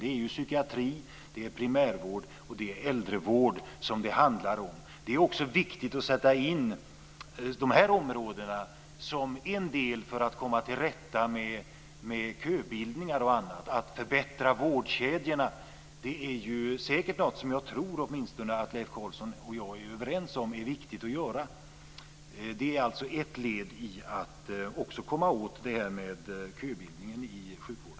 Det är psykiatri, det är primärvård och det är äldrevård det handlar om. Det är också viktigt att sätta in de här områdena som en del i det man kan göra för att komma till rätta med köbildningar och annat. Förbättra vårdkedjorna är något som jag åtminstone tror att Leif Carlson och jag är överens om är viktigt att göra. Det är också ett led i att komma åt köbildningen i sjukvården.